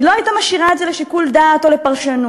היא לא הייתה משאירה את זה לשיקול דעת או לפרשנות.